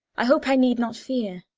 i hope i need not fear.